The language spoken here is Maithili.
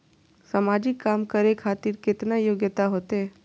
समाजिक काम करें खातिर केतना योग्यता होते?